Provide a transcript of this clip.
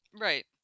Right